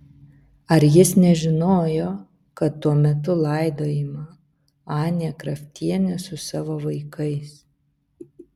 ar jis nežinojo kad tuo metu laidojama anė kraftienė su savo vaikais